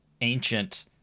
ancient